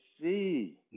see